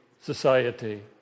society